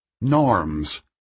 Norms